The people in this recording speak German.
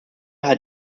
hat